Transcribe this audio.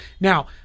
Now